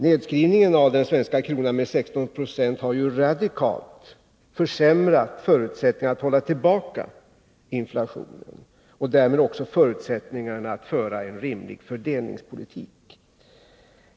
Nedskrivningen av den svenska kronan med 16 26 har ju radikalt försämrat förutsättningarna för att hålla tillbaka inflationen och därmed också förutsättningarna för en rimlig fördelningspolitik.